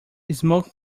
smoke